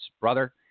brother